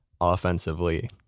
Offensively